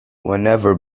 whenever